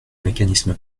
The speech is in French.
mécanisme